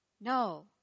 No